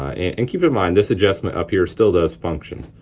and keep in mind, this adjustment up here still does function.